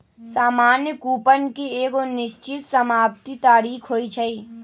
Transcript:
सामान्य कूपन के एगो निश्चित समाप्ति तारिख होइ छइ